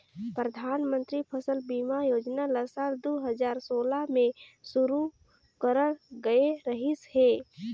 परधानमंतरी फसल बीमा योजना ल साल दू हजार सोला में शुरू करल गये रहीस हे